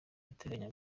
bateganya